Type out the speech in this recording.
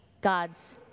God's